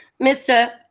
Mr